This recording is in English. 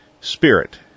Spirit